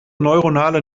neuronale